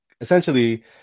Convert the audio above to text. essentially